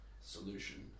solution